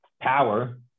power